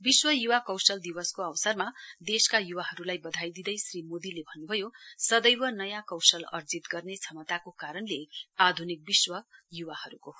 विश्व युवा कौशल दिवसको अवसरमा देसका युवाहरूलाई वधाई दिँदै श्री मोदीले भन्नुभयो सदैव नयाँ कौशल अर्जित गर्ने क्षमताको कारणले आधुनिक विश्व युवाहरूको हो